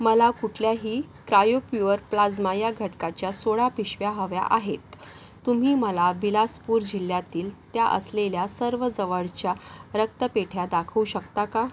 मला कुठल्याही cryo poor plasma या घटकाच्या सोळा पिशव्या हव्या आहेत तुम्ही मला बिलासपूर जिल्ह्यातील त्या असलेल्या सर्व जवळच्या रक्तपेढ्या दाखवू शकता का